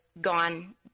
gone